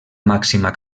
màxima